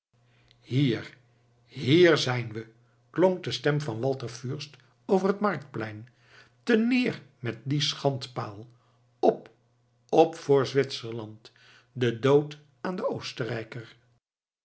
hier hier zijn we klonk de stem van walter fürst over het marktplein terneer met dien schandpaal op op voor zwitserland den dood aan den oostenrijker